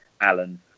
Alan